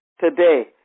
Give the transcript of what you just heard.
today